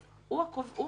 הוא חשוב.